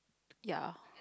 ya